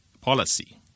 policy